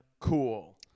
Cool